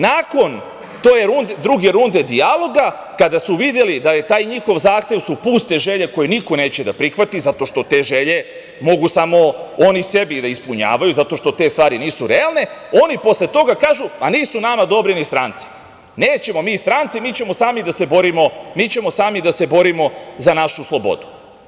Nakon druge runde dijaloga, kada su videli da taj njihov zahtev su puste želje koje niko neće da prihvati zato što te želje mogu samo oni sebi da ispunjavaju zato što te stvari nisu realne, oni posle toga kažu – nisu nama dobri ni stranci, nećemo mi strance, mi ćemo sami da se borimo za našu slobodu.